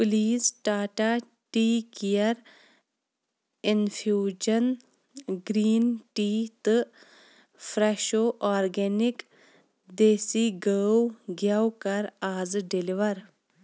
please Tata tea care infusion green tea تہٕ fresh organic desi گٲو گٮ۪و کَر آزٕ ڈیٚلِوَر